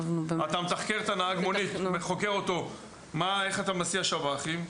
אתה מתחקר את נהג המונית "איך אתה מסיע שב"חים?",